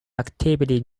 activity